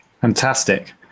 Fantastic